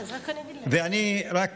אני רק